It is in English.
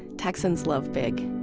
texans love big!